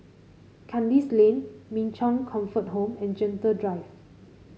Kandis Lane Min Chong Comfort Home and Gentle Drive